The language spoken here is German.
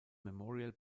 memorial